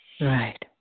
Right